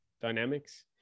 dynamics